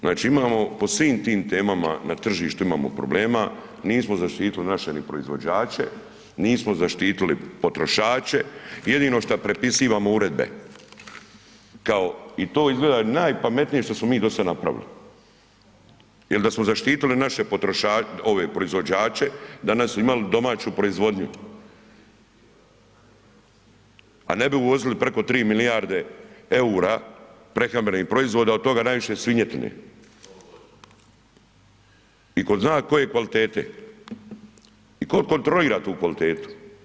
Znači, imamo po svim tim temama na tržištu imamo problema, nismo zaštitili naše ni proizvođače, nismo zaštitili potrošače, jedino šta prepisivamo uredbe kao i to izgleda najpametnije što smo mi dosad napravili jel da smo zaštitili naše potrošače ove proizvođače danas bi imali domaću proizvodnju, a ne bi uvozili preko 3 milijarde EUR-a prehrambenih proizvoda, od toga najviše svinjetine i ko zna koje kvalitete i ko kontrolira tu kvalitetu.